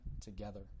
together